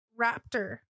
raptor